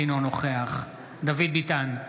אינו נוכח דוד ביטן,